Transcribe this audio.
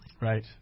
Right